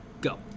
Go